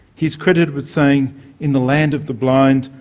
he is credited with saying in the land of the blind,